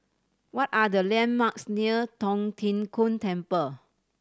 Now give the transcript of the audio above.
what are the landmarks near Tong Tien Kung Temple